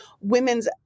women's